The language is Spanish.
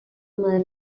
más